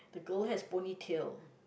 the girl has pony tail